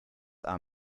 are